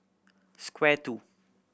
Square Two